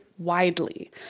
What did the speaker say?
Widely